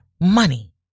money